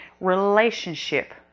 relationship